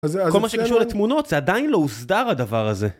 כל מה שקשור לתמונות זה עדיין לא הוסדר הדבר הזה